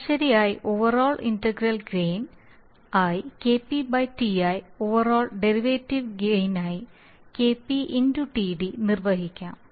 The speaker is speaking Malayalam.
ശരാശരി ആയി ഓവറോൾ ഇന്റഗ്രൽ ഗെയിൻ ആയി KP TI overall derivative gain ആയി KP x TD നിർവഹിക്കാം